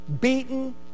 beaten